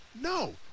No